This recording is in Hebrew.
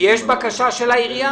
יש בקשה של העירייה